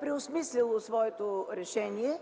преосмисля своето решение.